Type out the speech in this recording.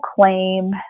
claim